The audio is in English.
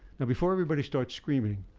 now before everybody starts screaming,